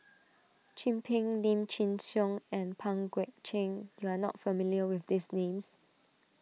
Chin Peng Lim Chin Siong and Pang Guek Cheng you are not familiar with these names